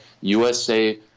USA